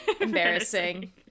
Embarrassing